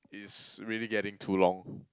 is really getting too long